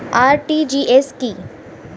RTGS কি?